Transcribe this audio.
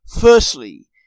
Firstly